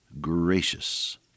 gracious